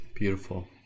beautiful